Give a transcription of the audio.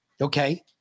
Okay